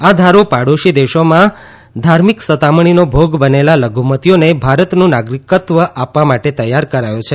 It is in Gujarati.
આ ધારો પાડોશી દેશોમાં ધાર્મિક સતામણીનો ભોગ બનેલા લધુમતીઓને ભારતનું નાગરિકત્વ આપવા માટે તૈયાર કરાયો છે